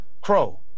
crow